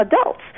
adults